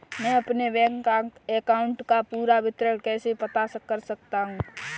मैं अपने bank account का पूरा विवरण कैसे पता कर सकता हूँ?